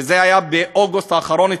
זה היה באוגוסט האחרון,